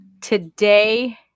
today